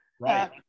Right